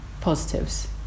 positives